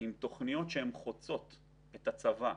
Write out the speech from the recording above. עם תוכניות שחוצות את הצבא.